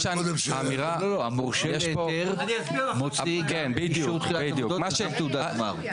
המורשה להיתר מוציא תחילת עבודות וגם תעודת גמר.